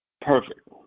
Perfect